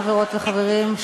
חברות וחברים,